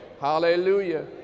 hallelujah